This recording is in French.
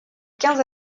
quinze